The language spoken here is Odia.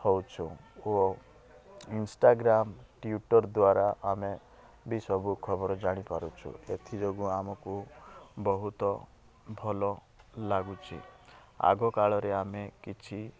ହେଉଛୁ ଓ ଇନ୍ଷ୍ଟାଗ୍ରାମ୍ ଟ୍ୱିଟର୍ ଦ୍ୱାରା ଆମେ ବି ସବୁ ଖବର ଜାଣିପାରୁଛୁ ଏଥିଯୋଗୁଁ ଆମକୁ ବହୁତ ଭଲ ଲାଗୁଛି ଆଗକାଳରେ ଆମେ କିଛି